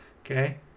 Okay